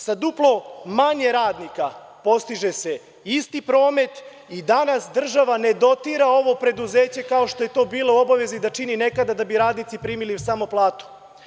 Sa duplo manje radnika postiže se isti promet i danas država ne dotira ovo preduzeće kao što je to bila u obavezi da čini nekada da bi radnici primili samo platu.